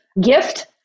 gift